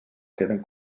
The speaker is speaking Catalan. queden